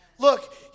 Look